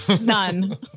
None